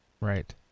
Right